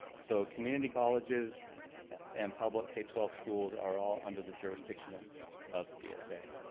so community colleges and public k twelve schools are all under the jurisdiction of of dsa.